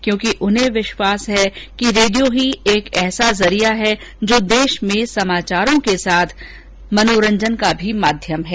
क्योंकि उन्हें विश्वास है कि रेडियो ही एक ऐसा जरिया है जो देश में समाचारों के साथ मनोरजन का भी माध्यम है